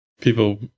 people